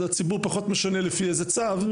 לציבור פחות משנה לפי איזה צו,